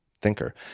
thinker